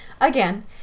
again